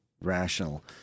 rational